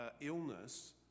illness